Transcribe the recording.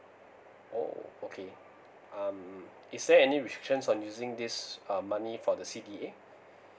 oh okay um is there any restrictions on using this um money for the C D A